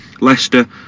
Leicester